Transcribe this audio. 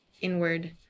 inward